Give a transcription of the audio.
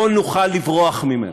לא נוכל לברוח ממנו.